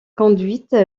conduite